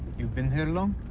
you've been here long?